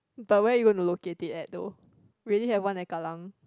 but where you want to locate it at though we already have one at kallang